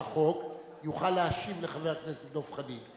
יוכל להשיב לחבר הכנסת דב חנין.